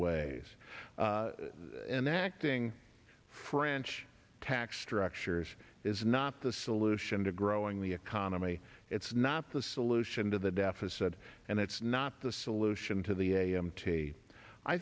enacting french tax structures is not the solution to growing the economy it's not the solution to the deficit and it's not the solution to the a m t i